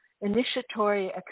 initiatory